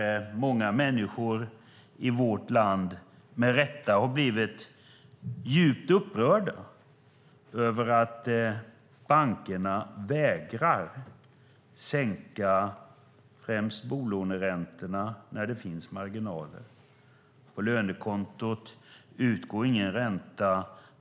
Många människor i vårt land har med rätta blivit djupt upprörda över att bankerna vägrar sänka främst bolåneräntorna när det finns marginaler och att det på lönekontot inte utgår någon ränta.